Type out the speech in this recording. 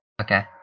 Okay